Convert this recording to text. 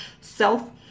self